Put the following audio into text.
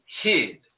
hid